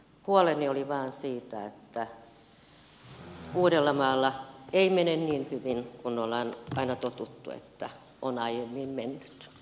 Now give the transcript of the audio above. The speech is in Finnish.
huoleni oli vain siitä että uudellamaalla ei mene niin hyvin kuin ollaan totuttu että on aiemmin mennyt